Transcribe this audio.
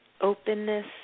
openness